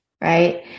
right